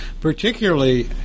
particularly